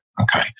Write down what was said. Okay